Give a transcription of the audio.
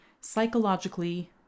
psychologically